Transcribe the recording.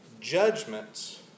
judgments